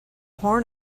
horn